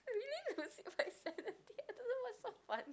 oh really I'm losing my sanity I don't know what's so funny